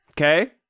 okay